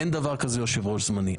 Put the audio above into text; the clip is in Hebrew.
אין דבר כזה יושב-ראש זמני.